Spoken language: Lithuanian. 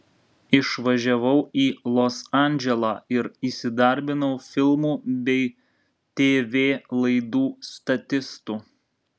išvažiavau į los andželą ir įsidarbinau filmų bei tv laidų statistu